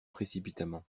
précipitamment